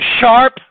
sharp